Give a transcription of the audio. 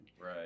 Right